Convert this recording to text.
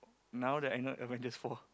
now that I know Avengers four